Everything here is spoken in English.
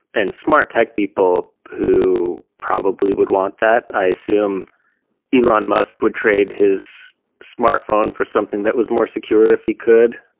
and smart tech people who probably would want that. i assume elon musk would trade his smartphone for something that was more secure if he could.